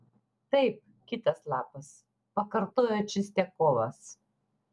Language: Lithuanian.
taip kitas lapas pakartojo čistiakovas